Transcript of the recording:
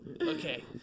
Okay